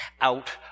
out